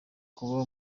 kuba